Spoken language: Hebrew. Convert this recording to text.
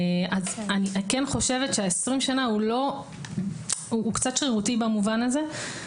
אני כן חושבת שה-20 שנה הוא קצת שרירותי במובן הזה.